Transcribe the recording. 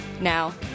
Now